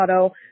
Auto